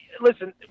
listen